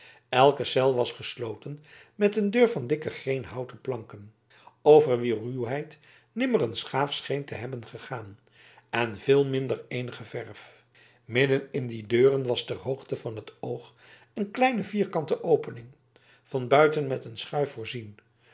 elke cel was gesloten met een deur van dikke greenhouten planken over wier ruwheid nimmer een schaaf scheen te hebben gegaan en veel minder eenige verf midden in die deuren was ter hoogte van het oog een kleine vierkante opening van buiten met een schuif voorzien